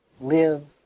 Live